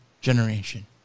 generation